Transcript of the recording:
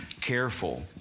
careful